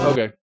Okay